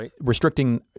restricting